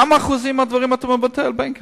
כמה אחוזים מהדברים הטובים הוא מבטל בין כה.